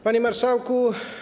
Panie Marszałku!